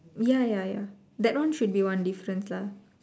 ya ya ya that one should be one difference lah